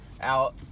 out